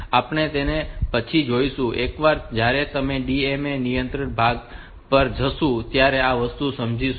તો આપણે તેને પછી જોઈશું અને એકવાર જયારે આપણે DMA નિયંત્રક ભાગ પર જઈશું ત્યારે આ વસ્તુ સમજાવીશું